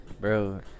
bro